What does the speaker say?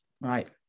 Right